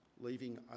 leaving